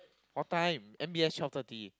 what time M_B_S twelve thirty